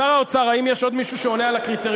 שר האוצר, האם יש עוד מישהו שעונה על הקריטריון?